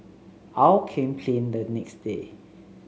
aw came clean that next day